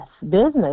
business